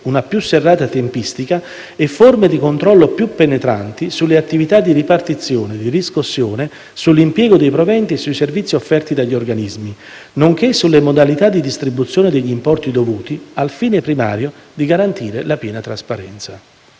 una più serrata tempistica e forme di controllo più penetranti sulle attività di ripartizione, di riscossione, sull'impiego dei proventi e sui servizi offerti dagli organismi, nonché sulle modalità di distribuzione degli importi dovuti, al fine primario di garantire la piena trasparenza.